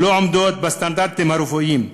שלא עומדות בסטנדרטים הרפואיים.